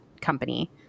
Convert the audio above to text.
company